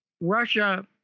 Russia